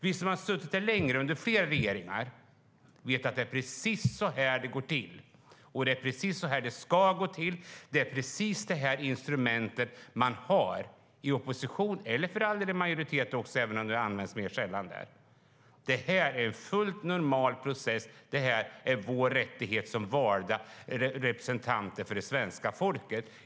Vi som har suttit här längre, under flera regeringar, vet att det är precis så här det går till och att det är precis så här det ska gå till. Det är precis detta instrument som man har i opposition, eller för all del i majoritet även om det används mer sällan där. Detta är en fullt normal process. Detta är vår rättighet som valda representanter för det svenska folket.